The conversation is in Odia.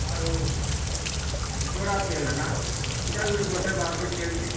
ଆରୁ ଜଡ଼ା ତେଲ୍ ହେଲା ଇଟା ବି ଗୋଟେ ଗଛରେ ବାହାରୁଛି ତେଲ୍ଟେ